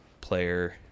player